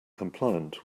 compliant